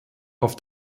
auf